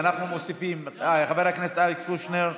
ואנחנו מוסיפים את חבר הכנסת אלכס קושניר,